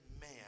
man